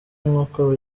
nk’uko